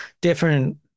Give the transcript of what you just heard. different